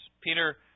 Peter